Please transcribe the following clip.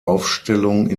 aufstellung